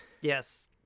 yes